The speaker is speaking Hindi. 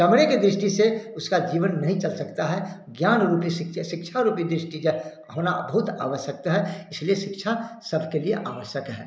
चमड़े की दृष्टि से उसका जीवन नहीं चल सकता है ज्ञान रूपी शिक्षा शिक्षा रूपी दृष्टि का होना बहुत आवश्यकता है इसलिए शिक्षा सबके लिए आवश्यक है